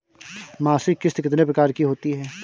मासिक किश्त कितने प्रकार की होती है?